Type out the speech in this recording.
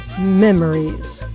Memories